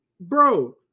Bro